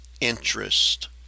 interest